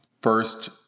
first